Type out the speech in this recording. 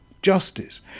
justice